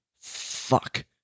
fuck